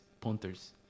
punters